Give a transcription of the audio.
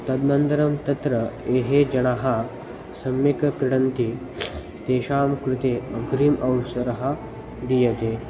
तदनन्तरं तत्र ये जनाः सम्यक् क्रीडन्ति तेषां कृते अग्रिमः अवसरः दीयते